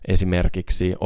Esimerkiksi